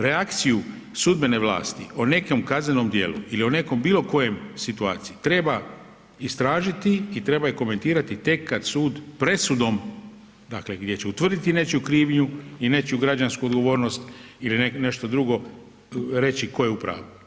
Reakciju sudbene vlasti o nekom kaznenom djelu ili o nekom bilo kojem situaciji treba istražiti i treba ju komentirati tek kad sud presudom, dakle gdje će utvrditi nečiju krivnju i nečiju građansku odgovornost ili nešto drugo reći tko je u pravu.